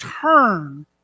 turn